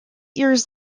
years